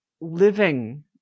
living